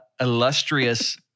illustrious